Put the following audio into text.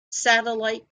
satellite